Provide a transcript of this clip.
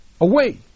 away